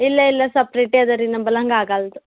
ಇಲ್ಲ ಇಲ್ಲ ಸಪ್ರೇಟೆ ಅದ ರೀ ನಂಬಲ್ಲಿ ಹಂಗೆ ಆಗಲ್ದು